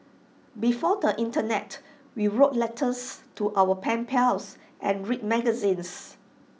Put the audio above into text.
before the Internet we wrote letters to our pen pals and read magazines